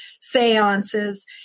seances